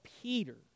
Peter